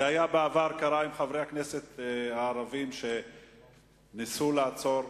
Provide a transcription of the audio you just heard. זה קרה בעבר עם חברי הכנסת הערבים, שניסו לעצור,